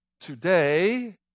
Today